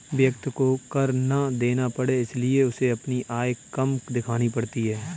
व्यक्ति को कर ना देना पड़े इसलिए उसे अपनी आय कम दिखानी पड़ती है